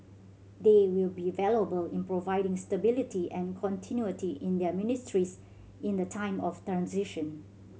they will be valuable in providing stability and continuity to their ministries in the time of